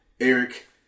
Eric